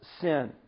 sin